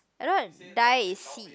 I know die is si